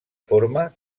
forma